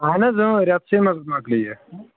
اَہَن حظ اۭں رٮ۪تسٕے منٛز مۄکلہِ یہِ